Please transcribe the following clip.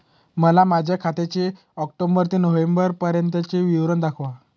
मला माझ्या खात्याचे ऑक्टोबर ते नोव्हेंबर पर्यंतचे विवरण दाखवा